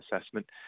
assessment